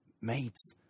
mates